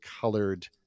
colored